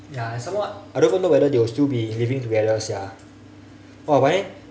ya some more I don't even know whether they will still be living together sia !wah! but then